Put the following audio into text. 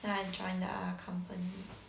then I join the other company